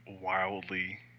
wildly